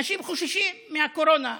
אנשים חוששים מהקורונה.